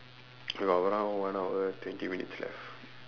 about one hour one hour twenty minutes left